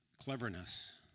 cleverness